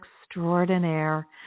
extraordinaire